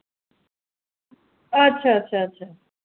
अच्छा अच्छा अच्छा